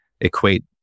equate